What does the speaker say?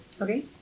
Okay